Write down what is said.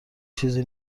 چیزی